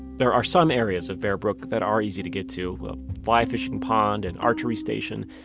there are some areas of bear brook that are easy to get to a fly-fishing pond, an archery station,